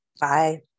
Bye